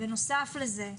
בנוסף לזה,